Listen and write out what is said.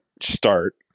start